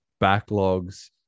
backlogs